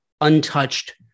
untouched